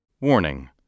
Warning